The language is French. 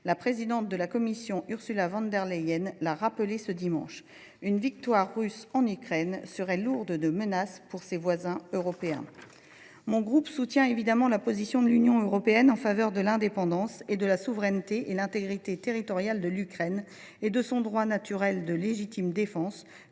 La présidente de la Commission européenne, Ursula von der Leyen, l’a rappelé ce dimanche :« Une victoire russe en Ukraine serait lourde de menaces pour ses voisins européens. » Mon groupe soutient évidemment la position de l’Union européenne en faveur de l’indépendance de l’Ukraine, de sa souveraineté, de son intégrité territoriale et de son droit naturel à la légitime défense